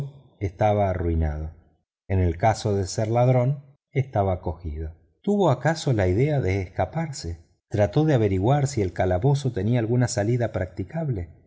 estaba arruinado en el caso de ser ladrón estaba perdido tuvo acaso la idea de escaparse trató de averiguar si el calabozo tenía alguna salida practicable